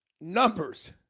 numbers